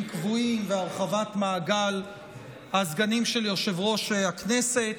קבועים והרחבת מעגל הסגנים של יושב-ראש הכנסת.